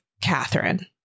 Catherine